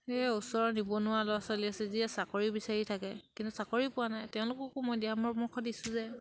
সেয়ে ওচৰৰ নিবনুৱা ল'ৰা ছোৱালী আছে যিয়ে চাকৰি বিচাৰি থাকে কিন্তু চাকৰি পোৱা নাই তেওঁলোককো মই দিহা পৰামৰ্শ দিছোঁ যে